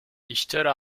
اشترى